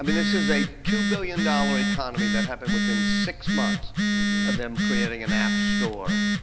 i mean this is a two billion dollars economy that happened within six months of them creating an app store.